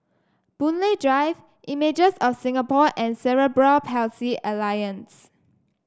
Boon Lay Drive Images of Singapore and Cerebral Palsy Alliance